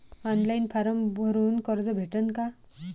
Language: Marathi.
ऑनलाईन फारम भरून कर्ज भेटन का?